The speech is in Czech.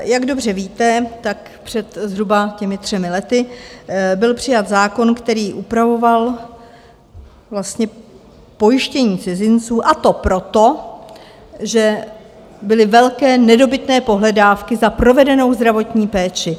Jak dobře víte, tak před zhruba třemi lety byl přijat zákon, který upravoval vlastně pojištění cizinců, a to proto, že byly velké nedobytné pohledávky za provedenou zdravotní péči.